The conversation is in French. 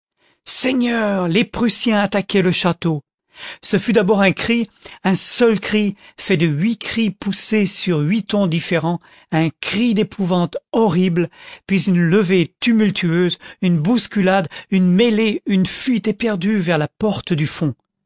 seigneur les prussiens attaquaient le château ce fut d'abord un cri un seul cri fait de huit cris poussés sur huit tons différents un cri d'épouvante horrible puis une levée tumultueuse une bousculade une mêlée une fuite éperdue vers la porte du fond